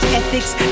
ethics